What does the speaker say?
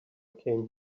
came